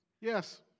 Yes